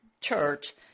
church